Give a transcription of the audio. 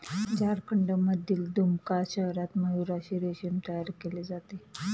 झारखंडमधील दुमका शहरात मयूराक्षी रेशीम तयार केले जाते